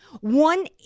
one